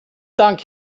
dank